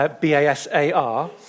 B-A-S-A-R